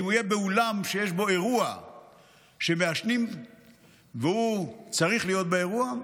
אם הוא יהיה באולם שיש בו אירוע שמעשנים בו והוא צריך להיות באירוע,